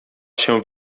się